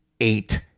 eight